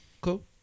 cool